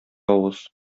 авыз